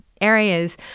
areas